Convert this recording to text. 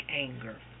anger